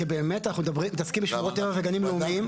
כי באמת אנחנו מתעסקים בשמורות טבע וגנים לאומיים.